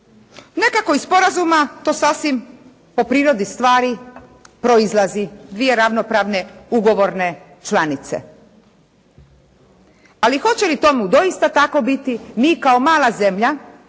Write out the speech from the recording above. Nekako iz sporazuma to sasvim po prirodi stvari proizlazi, dvije ravnopravne ugovorne članice. Ali hoće li tomu doista tako biti mi kao mala zemlja